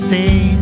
Stay